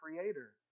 creator